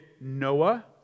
Noah